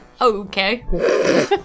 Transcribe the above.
okay